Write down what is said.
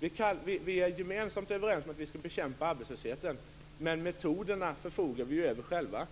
Vi är gemensamt överens om att vi skall bekämpa arbetslösheten, men metoderna förfogar vi över själva.